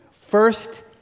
First